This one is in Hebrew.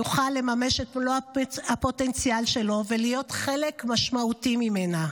יוכל לממש בה את מלוא הפוטנציאל שלו ולהיות חלק משמעותי ממנה.